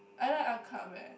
I like art club eh